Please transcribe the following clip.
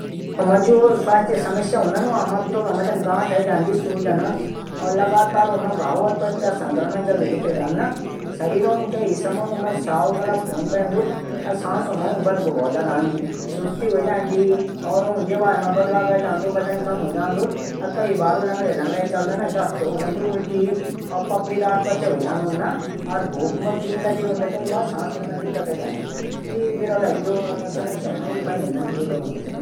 बिरूलों मा जू स्वास्थ्य से लेकी समस्या हूंदा उंक शरीर मां गांठ ऐज्यांदी सूजन और लगातार ऊंमा घाव संक्रमण जल्दी दिखै जांदू। कई बार ऊं शरीर में स्राव बहदूं। और बदबू बहुत ज्यादा आंदी सुस्ती ह्वे जांदी और उंक व्यवहार मां बदलाव आंदू वजन कम ह्वे जांदू और फिर ऊ कई बार लगडें लगडें चल दन दस्त ऊल्टी और पपडी दार त्वचा ह्वे जांदी ऊंक कई बार ऊंथै भूख भी नी लगदी।